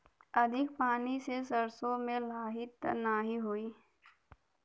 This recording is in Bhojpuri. अधिक पानी से सरसो मे लाही त नाही होई?